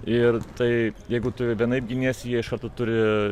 ir tai jeigu tu vienaip giniesi jie iš karto turi